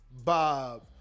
Bob